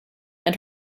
and